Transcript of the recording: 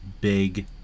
big